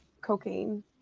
cocaine